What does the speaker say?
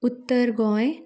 Uttar Goa